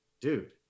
dude